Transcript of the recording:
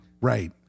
Right